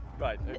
Right